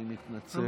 אני מתנצל.